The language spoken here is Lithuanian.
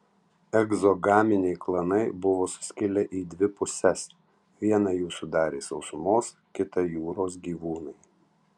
egzogaminiai klanai buvo suskilę į dvi puses vieną jų sudarė sausumos kitą jūros gyvūnai